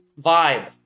vibe